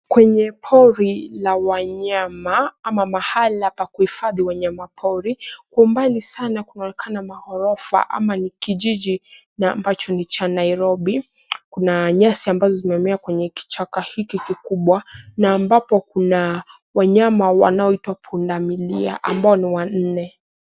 Kwenye pori la wanyama ama mahala pa kuhifadhi wanyama pori; kwa umbali sana kunaonekana magorofa ama ni kijiji ambacho ni cha Nairobi. Kuna nyasi ambazo zimemea kwenye kichaka hiki kikubwa na ambapo kuna wanyama wanaoitwa punda milia ambao ni wanne.